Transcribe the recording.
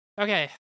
Okay